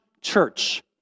church